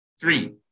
Three